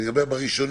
אני מדבר בראשוני.